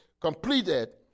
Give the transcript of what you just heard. completed